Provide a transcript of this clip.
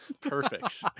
Perfect